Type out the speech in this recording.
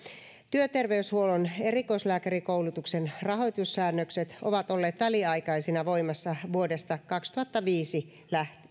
työterveyshuollon erikoislääkärikoulutuksen rahoitussäännökset ovat olleet väliaikaisina voimassa vuodesta kaksituhattaviisi